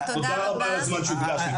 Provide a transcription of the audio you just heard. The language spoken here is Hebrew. תודה רבה על הזמן שהקדשתם כאן.